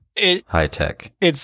high-tech